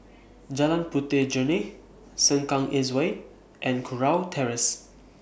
Jalan Puteh Jerneh Sengkang East Way and Kurau Terrace